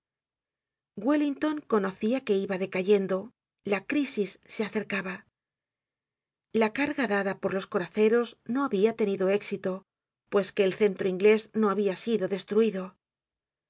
wellington conocia que iba decayendo la crisis se acercaba la carga dada por los coraceros no habia tenido éxito pues que el centro inglés no habia sido destruido